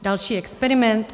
Další experiment?